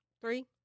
Three